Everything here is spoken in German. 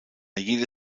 jede